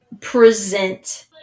present